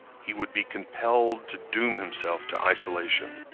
he would be compelled to doom himself to isolation.